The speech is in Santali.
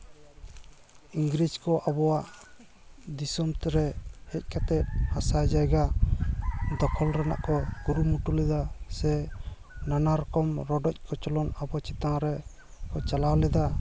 ᱤᱝᱨᱮᱡᱽ ᱠᱚ ᱟᱵᱚᱣᱟᱜ ᱫᱤᱥᱚᱢ ᱨᱮ ᱦᱮᱡ ᱠᱟᱛᱮᱫ ᱦᱟᱥᱟ ᱡᱟᱭᱜᱟ ᱫᱚᱠᱷᱚᱞ ᱨᱮᱱᱟᱜ ᱠᱚ ᱠᱩᱨᱩᱢᱩᱴᱩ ᱞᱮᱫᱟ ᱥᱮ ᱱᱟᱱᱟ ᱨᱚᱠᱚᱢ ᱨᱚᱰᱚᱡ ᱠᱚᱪᱞᱚᱱ ᱟᱵᱚ ᱪᱮᱛᱟᱱ ᱨᱮᱠᱚ ᱪᱟᱞᱟᱣ ᱞᱮᱫᱟ